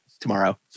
tomorrow